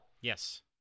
Yes